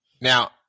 now